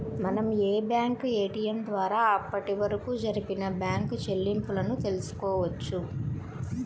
మనం bank ATM ద్వారా అప్పటివరకు జరిపిన బ్యేంకు చెల్లింపులను తెల్సుకోవచ్చు